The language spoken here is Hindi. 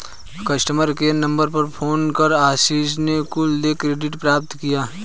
कस्टमर केयर नंबर पर फोन कर आशीष ने कुल देय क्रेडिट प्राप्त किया